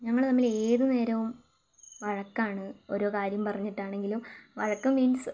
ഞങ്ങള് തമ്മില് ഏതുനേരവും വഴക്കാണ് ഓരോ കാര്യം പറഞ്ഞിട്ടാണെങ്കിലും വഴക്ക് മീൻസ്